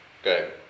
Okay